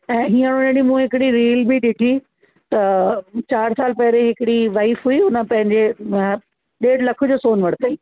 ऐं हींअर उन ॾींहं मूं हिकिड़ी रील बि ॾिठी त चार साल पहिरी हिकिड़ी वाइफ़ हुई हुन पंहिंजे ॾेढ लख जो सोन वरिताईं